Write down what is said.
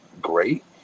great